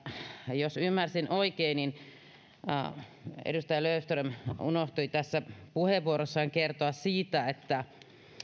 jos ymmärsin oikein edustaja löfström unohti puheenvuorossaan kertoa siitä että